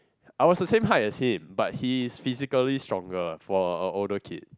I was the same height as him but he is physically stronger for a older kid